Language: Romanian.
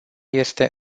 este